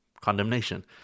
Condemnation